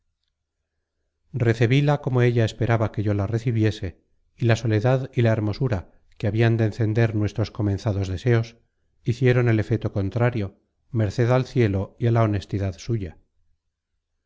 recebíla como ella esperaba que yo la recibiese y la soledad y la hermosura que habian de encender nuestros comenzados deseos hicieron el efeto contrario merced al cielo y á la honestidad suya